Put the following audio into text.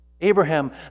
Abraham